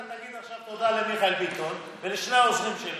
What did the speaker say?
עכשיו תגיד תודה למיכאל ביטון ולשני העוזרים שלי,